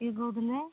କିଏ କହୁଥିଲେ